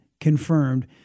confirmed